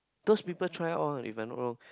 those people try all if I'm not wrong